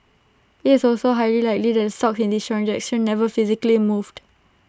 IT is also highly likely that the stocks in these transactions never physically moved